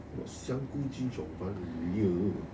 香菇 chee cheong fun !eeyer!